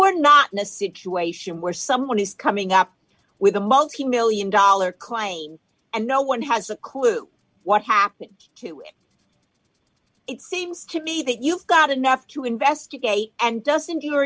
we're not in a situation where someone is coming up with a multi million dollar claim and no one has a clue what happened to it seems to me that you've got enough to investigate and doesn't your